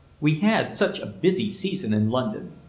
we had such a busy season in london.